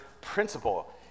principle